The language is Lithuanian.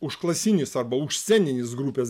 užklasinis arba užsceninis grupės